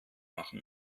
machen